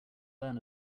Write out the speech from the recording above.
learn